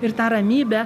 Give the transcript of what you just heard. ir tą ramybę